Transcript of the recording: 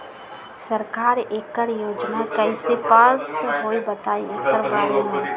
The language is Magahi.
सरकार एकड़ योजना कईसे पास होई बताई एकर बारे मे?